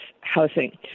housing